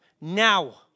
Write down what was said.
now